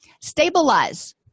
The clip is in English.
Stabilize